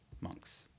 monks